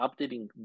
updating